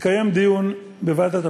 התקיים דיון בוועדת הפנים,